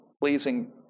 pleasing